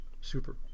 super